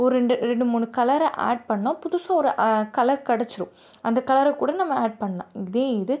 ஒரு ரெண்டு ரெண்டு மூணு கலரை ஆட் பண்ணால் புதுசாக ஒரு கலர் கிடைச்சிரும் அந்த கலரை கூட நம்ம ஆட் பண்ணலாம் இதே இது